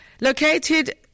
Located